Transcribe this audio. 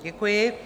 Děkuji.